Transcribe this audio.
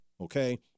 okay